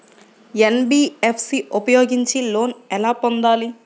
NBFC ఉపయోగించి loan ఎలా పొందాలి?